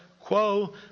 quo